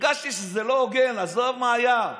הרגשתי שזה לא הוגן, עזוב מה היה.